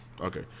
Okay